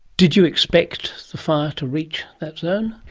did you expect the fire to reach that zone?